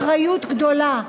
אחריות גדולה.